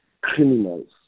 criminals